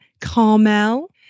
Carmel